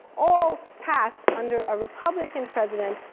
all passed under a republican president,